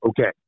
Okay